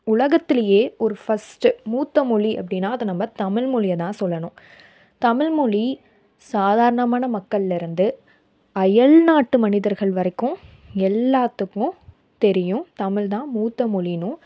உலகத்துலேயே ஒரு ஃபஸ்ட்டு மூத்த மொழினா அப்படின்னா அது நம்ம தமிழ் மொழிய தான் சொல்லணும் தமிழ் மொழி சாதாரணமான மக்களில் இருந்து அயல் நாட்டு மனிதர்கள் வரைக்கும் எல்லாத்துக்கும் தெரியும் தமிழ் தான் மூத்த மொழினும்